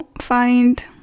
find